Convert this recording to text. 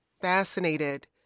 fascinated